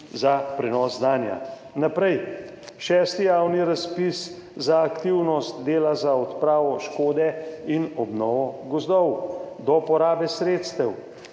za prenos znanja. Naprej. 6. javni razpis za aktivnost dela za odpravo škode in obnovo gozdov do porabe sredstev.